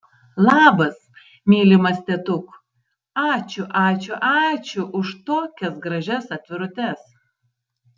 labas mylimas tetuk ačiū ačiū ačiū už tokias gražias atvirutes